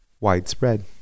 widespread